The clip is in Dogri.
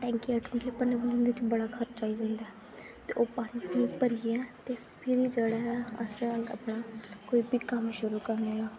टैंकियां टूंकियां भरने च बड़ा खर्चा होई जंदा ओह् पानी पुनी भरियै ते फिरी जेह्ड़ा ऐ अस कोई बी कम्म शुरू करने आं